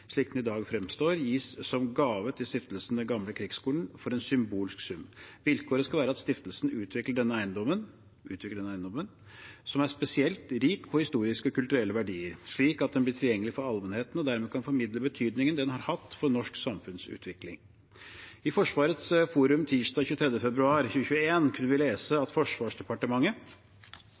slik den i dag fremstår, gis som gave til Stiftelsen Den Gamle Krigsskole for en symbolsk sum. Vilkåret skal være at stiftelsen utvikler denne eiendommen, som er spesielt rik på historiske og kulturelle verdier, slik at den blir tilgjengelig for allmennheten og dermed kan formidle betydningen den har hatt for norsk samfunnsutvikling.» I Forsvarets forum tirsdag 23. februar 2021 kunne vi lese at Forsvarsdepartementet